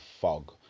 fog